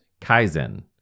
kaizen